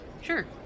Sure